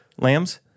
Lambs